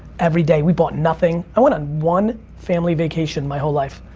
every day. we bought nothing. i went on one family vacation my whole life.